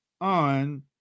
on